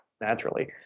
Naturally